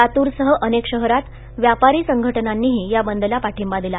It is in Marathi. लातूरसह अनेक शहरात यापारी संघटनांनीही या बंदला पाठ बा दिला